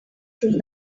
through